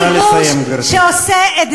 נא לסיים, גברתי.